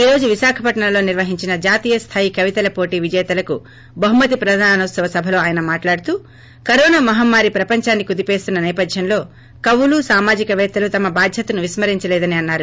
ఈ రోజు విశాఖపట్నంలో నిర్వహించిన జాతీయొస్తాయి కవితలపోటి వీజేతలకు బహుమతి ప్రదానోత్సవ సభలో ఆయన మాట్లాడుతూ కరోనా మహమ్మారి ప్రపంచాన్సి కుదిపేస్తున్స నేపథ్యంలో కవులు సామాజికవేత్తలు తమ బాధ్యతను విస్కరించలేదని అన్నారు